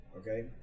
Okay